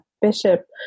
bishop